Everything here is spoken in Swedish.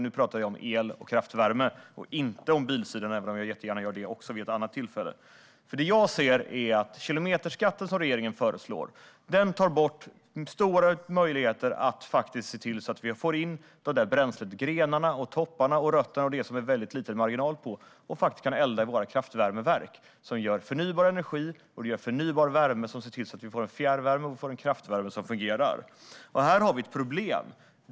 Nu pratar vi alltså om el och kraftvärme, inte om bilsidan, även om jag jättegärna pratar om den vid något annat tillfälle. Den kilometerskatt som regeringen föreslår tar bort stora möjligheter att få in bränsle - grenar, toppar och rötter, som det är väldigt liten marginal på - och faktiskt kan elda i våra kraftvärmeverk. Det gör förnybar energi och leder till att vi får fjärrvärme och kraftvärme som fungerar. Här har vi ett problem.